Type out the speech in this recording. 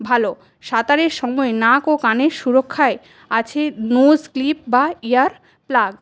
ভালো সাঁতারের সময় নাক ও কানের সুরক্ষায় আছে নোস ক্লিপ বা ইয়ার প্লাগ